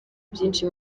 byinshi